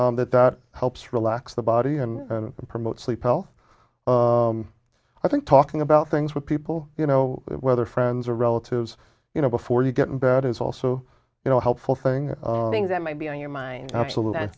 minute that that helps relax the body and promote sleep well i think talking about things with people you know whether friends or relatives you know before you get in bed is also you know helpful thing that might be on your mind absolutely